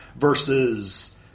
versus